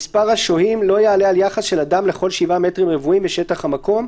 מספר השוהים לא יעלה על יחס של אדם לכל 7 מטרים רבועים משטח המקום".